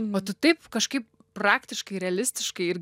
o tu taip kažkaip praktiškai realistiškai ir